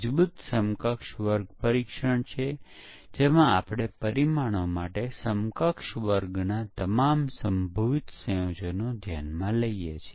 ફક્ત કોઈપણ કંપનીમાં જાવ અને કોઈ વ્યક્તિ સાથે વાત કરો અને પૂછો કે તે શું કરે છે